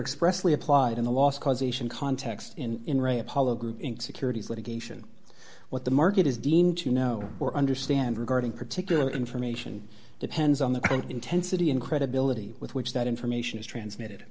expressly applied in the last causation context in apollo group inc securities litigation what the market is deemed to know or understand regarding particular information depends on the intensity and credibility with which that information is transmitted